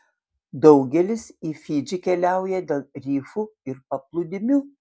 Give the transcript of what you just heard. daugelis į fidžį keliauja dėl rifų ir paplūdimių